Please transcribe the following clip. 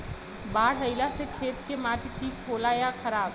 बाढ़ अईला से खेत के माटी ठीक होला या खराब?